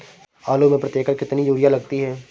आलू में प्रति एकण कितनी यूरिया लगती है?